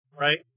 right